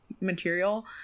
material